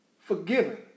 forgiven